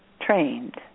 trained